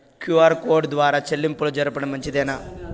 QR code ద్వారా చెల్లింపులు జరపడం మంచిదేనా?